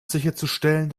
sicherzustellen